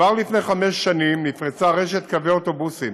כבר לפני חמש שנים נפרסה רשת קווי אוטובוסים